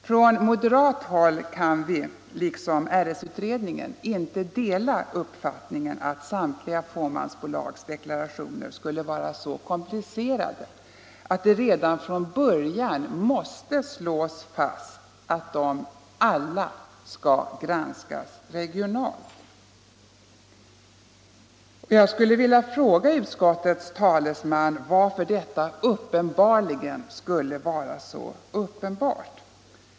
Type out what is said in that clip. Från moderat håll kan vi, liksom RS-utredningen, inte dela uppfattningen att samtliga fåmansbolags deklarationer skulle vara så komplicerade att det redan från början måste slås fast att de alla skall granskas regionalt. Jag skulle vilja fråga utskottets talesman varför detta skulle vara så uppenbart.